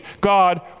God